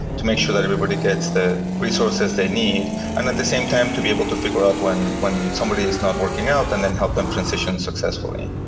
to make sure that everybody gets the resources they need. and at the same time, to be able to figure out when when somebody is not working out and then help them transition successfully.